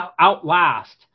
outlast